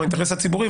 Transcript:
או האינטרס הציבורי,